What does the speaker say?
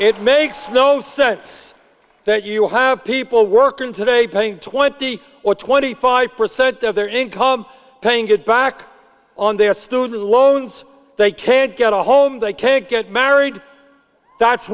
it makes no sense that you have people working today paying twenty or twenty five percent of their income paying it back on their student loans they can't get a home they can't get married that's